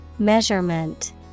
Measurement